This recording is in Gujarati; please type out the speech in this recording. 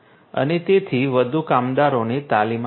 અને તેથી વધુ કામદારોને તાલીમ આપે છે